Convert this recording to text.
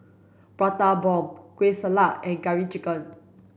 Prata Bomb Kueh Salat and curry chicken